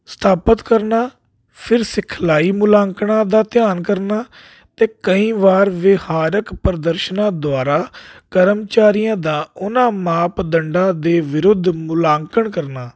ਸਥਾਪਤ ਕਰਨਾ ਫਿਰ ਸਿਖਲਾਈ ਮੁਲਾਂਕਣਾ ਦਾ ਧਿਆਨ ਕਰਨਾ ਅਤੇ ਕਈ ਵਾਰ ਵਿਹਾਰਕ ਪ੍ਰਦਰਸ਼ਨਾਂ ਦੁਆਰਾ ਕਰਮਚਾਰੀਆਂ ਦਾ ਉਹਨਾਂ ਮਾਪ ਦੰਡਾਂ ਦੇ ਵਿਰੁੱਧ ਮੁਲਾਂਕਣ ਕਰਨਾ